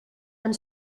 and